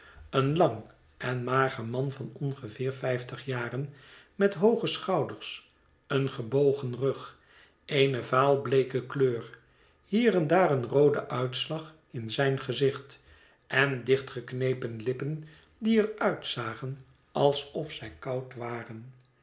een lang en mager man van ongeveer vijftig jaren met hooge schouders een gebogen rug eene vaal bleeke kleur hier en daar een rooden uitslag in zijn gezicht en dicht geknepen lippen die er uitzagen alsof zij koud waren